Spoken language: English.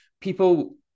people